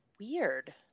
Weird